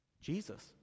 Jesus